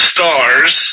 Stars